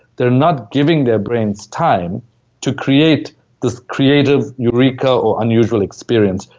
they're not giving their brains time to create this creative eureka, or unusual experience,